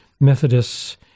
Methodists